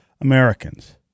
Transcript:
Americans